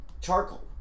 charcoal